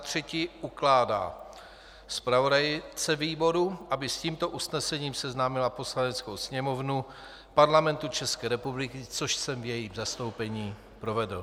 3. ukládá zpravodajce výboru, aby s tímto usnesením seznámila Poslaneckou sněmovnu Parlamentu České republiky což jsem v jejím zastoupení provedl.